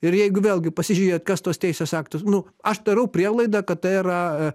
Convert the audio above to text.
ir jeigu vėlgi pasižiūrėt kas tuos teisės aktus nu aš darau prielaidą kad tai yra